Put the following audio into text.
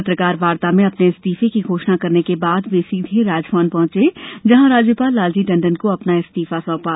पत्रकार वार्ता में अपने इस्तीफे की घोषणा करने के बाद वे सीधे राजभवन पहुंचे जहां राज्यपाल लालजी टंडन को अपना इस्तीफा सौंपा